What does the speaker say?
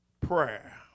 prayer